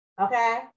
Okay